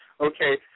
Okay